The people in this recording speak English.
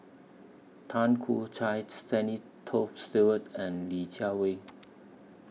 Tan Choo Kai Stanley Toft Stewart and Li Jiawei